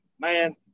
Man